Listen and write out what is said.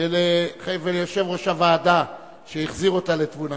וליושב-ראש הוועדה שהחזיר אותה לתבונתה.